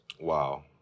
Wow